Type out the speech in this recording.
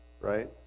right